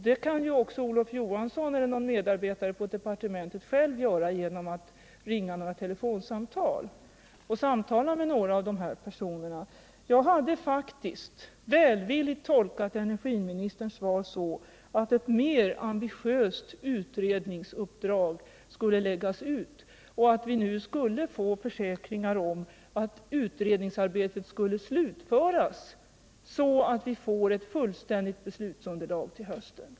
Det kan också Olof Johansson eller någon medarbetare på departementet göra genom att ringa och samtala med några av de här människorna. Jag hade faktiskt välvilligt tolkat energiministerns svar så, att ett mera ambitiöst utredningsuppdrag skulle läggas ut och att vi skulle få försäkringar om att utredningsarbetet skulle slutföras så att vi fick ett fullständigt beslutsunderlag till hösten.